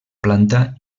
planta